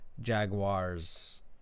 Jaguars